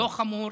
זה חמור.